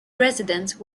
residence